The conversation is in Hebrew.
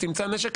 תמצא נשק,